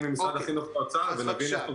ממשרד החינוך וממשרד האוצר ואז נבין את המסר.